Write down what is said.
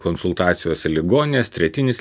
konsultacijos ir ligoninės tretinis